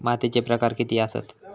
मातीचे प्रकार किती आसत?